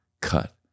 cut